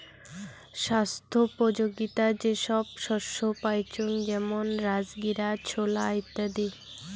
ছাস্থ্যোপযোগীতা যে সব শস্য পাইচুঙ যেমন রাজগীরা, ছোলা ইত্যাদি